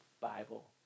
Bible